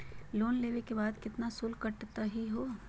Loan लेवे के बाद केतना शुल्क कटतही हो?